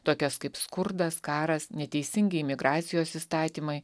tokias kaip skurdas karas neteisingi imigracijos įstatymai